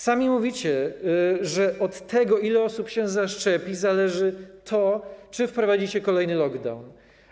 Sami mówicie, że od tego, ile osób się zaszczepi, zależy to, czy wprowadzicie kolejny lockdown.